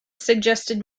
suggested